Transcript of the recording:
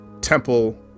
temple